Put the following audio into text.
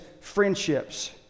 friendships